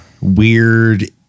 weird